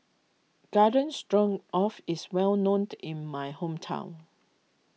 Garden strong of is well known in my hometown